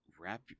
wrap